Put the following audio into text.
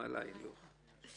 הוכרו כמה מהחייבים כאמור בסעיף קטן (א)